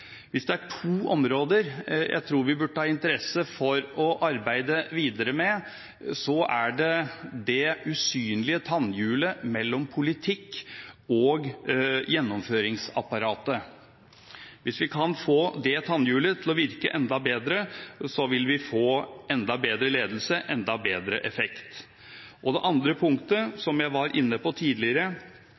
Hvis det er to områder jeg tror vi burde ha interesse for å arbeide videre med, er det det usynlige tannhjulet mellom politikk og gjennomføringsapparatet. Hvis vi kan få det tannhjulet til å virke enda bedre, vil vi få enda bedre ledelse og enda bedre effekt. Det andre punktet, som jeg var inne på tidligere,